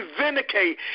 vindicate